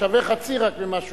שווה חצי רק ממה שהוא,